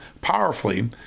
powerfully